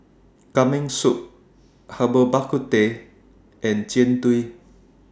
Kambing Soup Herbal Bak Ku Teh and Jian Dui